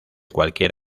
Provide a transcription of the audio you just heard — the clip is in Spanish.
cualquier